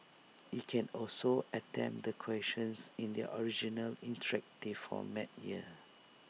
you can also attempt the questions in their original interactive format here